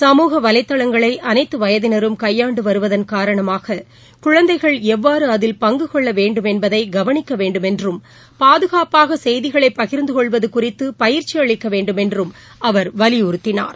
சமூக வலைதளங்களை அனைத்து வயதினரும் கையாண்டு வருவதன் காரணமாக குழந்தைகள் எவ்வாறு அதில் பங்கு கொள்ள வேண்டும் என்பதை கவனிக்க வேண்டுமென்றும் பாதுகாப்பாக செய்திகளை பகிா்ந்து கொள்வது குறித்தும் பயிற்சி அளிக்க வேண்டுமென்றும் அவர் வலியுறுத்தினார்